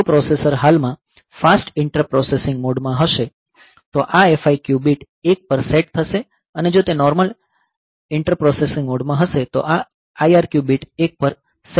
જો પ્રોસેસર હાલમાં fast interrupt processing મોડમાં હશે તો આ FIQ બીટ 1 પર સેટ થશે અને જો તે નોર્મલ ઇન્ટરપ્ટ પ્રોસેસિંગ મોડમાં હશે તો આ IRQ બીટ 1 પર સેટ થશે